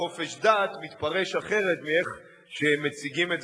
חופש דת מתפרש אחרת מאיך שמציגים את זה